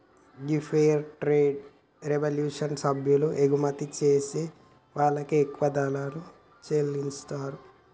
గీ fair trade revolution సభ్యులు ఎగుమతి చేసే వాళ్ళకి ఎక్కువ ధరలను చెల్లితారు